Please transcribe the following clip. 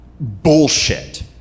Bullshit